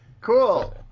Cool